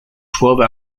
twelve